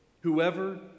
Whoever